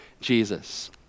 Jesus